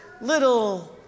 little